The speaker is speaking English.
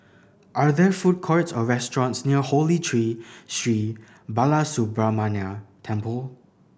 are there food courts or restaurants near Holy Tree Sri Balasubramaniar Temple